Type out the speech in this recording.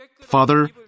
Father